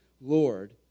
Lord